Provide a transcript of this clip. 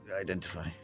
identify